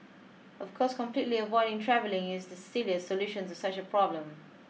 of course completely avoiding travelling is the silliest solution to such a problem